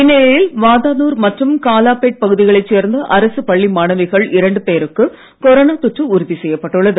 இந்நிலையில் வாதானூர் மற்றும் காலாப்பேட் பகுதிகளை சேர்ந்த அரசு பள்ளி மாணவிகள் இரண்டு பேருக்கு கொரோனா தொற்று உறுதி செய்யப்பட்டுள்ளது